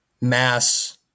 mass